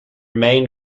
main